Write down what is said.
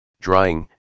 drying